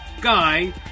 Guy